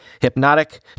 hypnotic